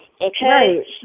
Okay